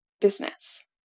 business